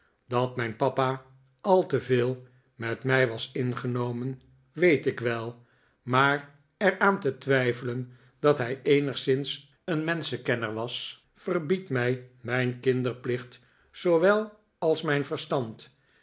dat mijn papa al te veel met mij was ingenomen weet ik wel maar er aan te twijfelen dat hij eenigszins een menschenkenner was veibiedt mij mijn kinderplicht zoowel als mijn verstand